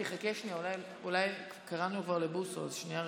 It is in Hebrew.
חכה שנייה, כי קראנו כבר לבוסו, אז שנייה.